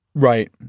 right?